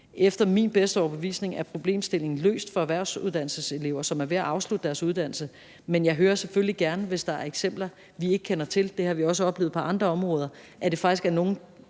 Efter min bedste overbevisning er problemstillingen løst for erhvervsuddannelseselever, som er ved at afslutte deres uddannelse, men jeg hører selvfølgelig gerne, hvis der er eksempler, vi ikke kender til. Det har vi også oplevet på andre områder, altså at der faktisk er nogle,